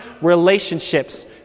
relationships